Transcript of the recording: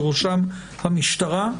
בראשם המשטרה,